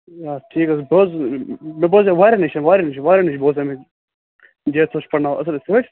آ ٹھیٖک حظ بہٕ حظ مےٚ بوزیٚو واریاہن نِش واریاہن نِش واریاہن نِش بوزیٚو مےٚ جاوید صٲب چھُ پرٕناوان اصٕل یِتھٕ پٲٹھۍ